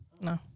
No